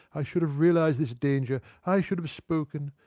i should have realised this danger i should have spoken.